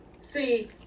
See